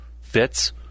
fits